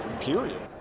period